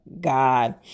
God